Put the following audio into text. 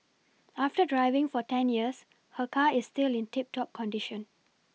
after driving for ten years her car is still in tip top condition